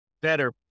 better